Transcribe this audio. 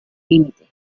límite